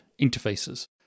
interfaces